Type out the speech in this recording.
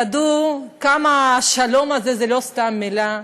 ידעו כמה השלום הזה זה לא סתם מילה,